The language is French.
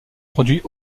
produit